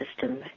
system